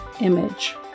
image